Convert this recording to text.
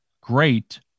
great